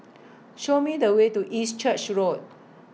Show Me The Way to East Church Road